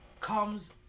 comes